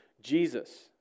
Jesus